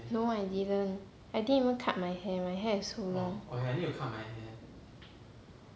no I didn't I didn't even cut my hair my hair is so long